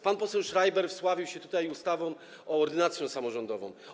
Pan poseł Schreiber wsławił się tutaj ustawą o ordynacji samorządowej.